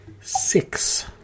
Six